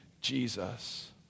Jesus